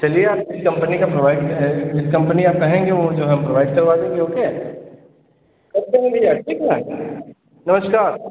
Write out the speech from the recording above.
चलिए अब जिस कंपनी का प्रोवाइड किया है जिस कंपनी का कहेंगे वह जो है हम प्रोवाइड करवा देंगे ओके कल तक मिलेगा ठीक है नमस्कार